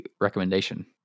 recommendation